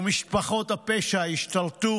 ומשפחות הפשע השתלטו